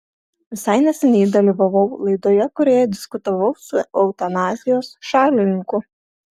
visai neseniai dalyvavau laidoje kurioje diskutavau su eutanazijos šalininku